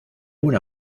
una